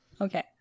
okay